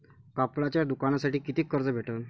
कापडाच्या दुकानासाठी कितीक कर्ज भेटन?